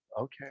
okay